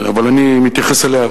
אבל אני מתייחס אליה,